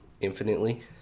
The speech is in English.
Infinitely